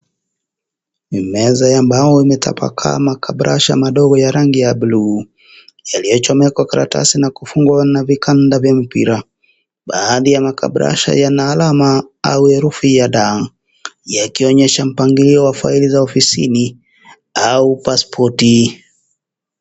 Ni meza ambayo imetapakaa makabrasha madogo ya rangi ya bluu yaliyochomoka kwa karatasi na kufungwana vikanda vya mpira. Baadhi ya makabrasha yana alama au herufi ya d yakionyesha mpangilio wa faili za ofisini au pasipoti.